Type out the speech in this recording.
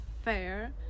fair